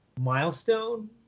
milestone